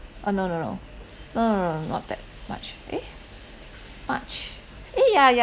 uh no no no no no no no not that much eh march eh ya ya